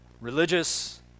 religious